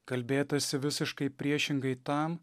kalbėtasi visiškai priešingai tam